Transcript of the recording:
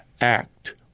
act